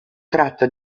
tratto